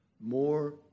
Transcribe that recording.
more